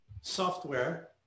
software